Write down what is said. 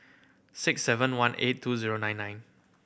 six seven one eight two zero nine nine